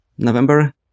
November